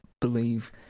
believe